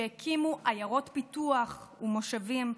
שהקימו עיירות פיתוח ומושבים,